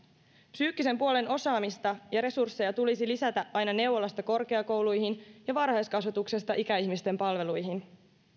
psyykkisen puolen osaamista ja resursseja tulisi lisätä aina neuvolasta korkeakouluihin ja varhaiskasvatuksesta ikäihmisten palveluihin